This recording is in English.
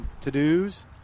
to-dos